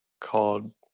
called